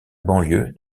banlieue